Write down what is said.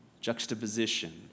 juxtaposition